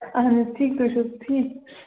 اہن حظ ٹھیٖک تُہۍ چھُوحظ ٹھیٖک